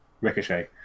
Ricochet